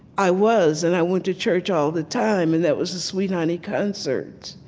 i was, and i went to church all the time, and that was the sweet honey concerts,